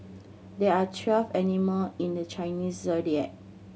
there are twelve animal in the Chinese Zodiac